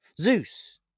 Zeus